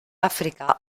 áfrica